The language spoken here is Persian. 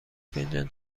فنجان